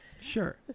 Sure